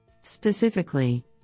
Specifically